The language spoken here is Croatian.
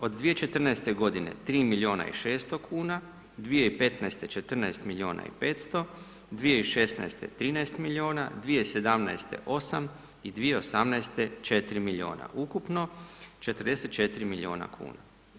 Od 2014.-te godine 3 milijuna i 600 kuna, 2015.-te 14 milijuna i 500, 2016.-te 13 milijuna, 2017.-te 8 i 2018.-te 4 milijuna, ukupno 44 milijuna kuna.